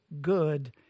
good